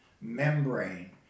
membrane